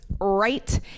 right